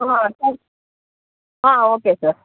sir okay sir